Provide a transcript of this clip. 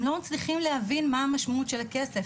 הם לא מצליחים להבין מה המשמעות של הכסף.